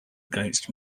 against